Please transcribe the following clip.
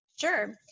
Sure